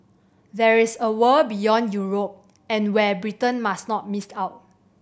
there is a world beyond Europe and where Britain must not miss out